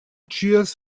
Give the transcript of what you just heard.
cheers